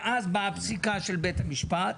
ואז באה הפסיקה של בית המשפט.